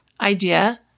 idea